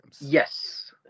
Yes